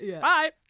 Bye